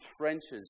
trenches